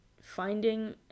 finding